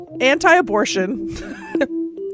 anti-abortion